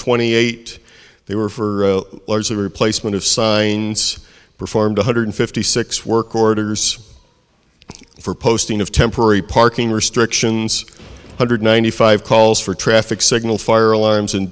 twenty eight they were for the replacement of signs performed one hundred fifty six work orders for posting of temporary parking restrictions hundred ninety five calls for traffic signal fire a